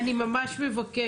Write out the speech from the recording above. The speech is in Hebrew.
אני ממש מבקשת.